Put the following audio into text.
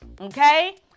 okay